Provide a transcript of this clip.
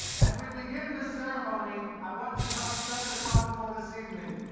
as we begin this ceremony, i want to help set the tone for this evening.